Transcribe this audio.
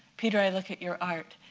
peter, i look at your art.